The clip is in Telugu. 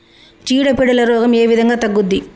చీడ పీడల రోగం ఏ విధంగా తగ్గుద్ది?